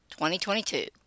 2022